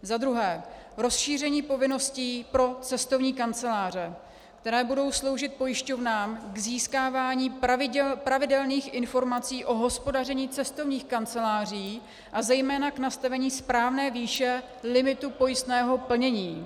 Za druhé rozšíření povinností pro cestovní kanceláře, které budou sloužit pojišťovnám k získávání pravidelných informací o hospodaření cestovních kanceláří a zejména k nastavení správné výše limitu pojistného plnění.